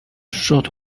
short